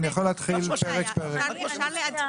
אני יכול להתחיל פרק-פרק --- שאולי הם --- רק